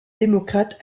démocrate